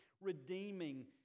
redeeming